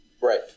right